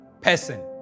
person